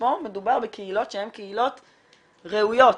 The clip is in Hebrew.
פה מדובר בקהילות שהן קהילות ראויות,